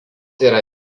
yra